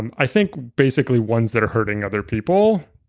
and i think basically ones that are hurting other people.